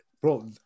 Bro